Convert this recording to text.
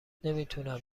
نمیتونم